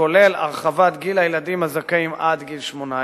הכולל הרחבת גיל הילדים הזכאים עד גיל 18